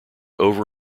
over